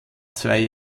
zwei